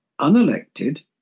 unelected